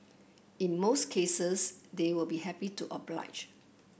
in most cases they will be happy to oblige